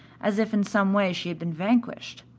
as if in some way she had been vanquished.